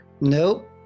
Nope